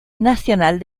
nacional